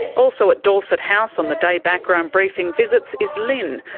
also at dorset house on the day background briefing visits is lyn,